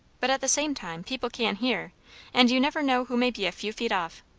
but at the same time, people can hear and you never know who may be a few feet off.